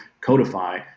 codify